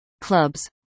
clubs